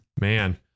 Man